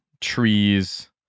trees